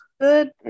good